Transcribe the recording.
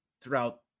throughout